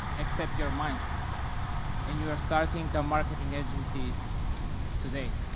except your mindset and you're starting a marketing agency today.